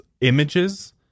images